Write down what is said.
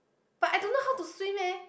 but I don't know to swim leh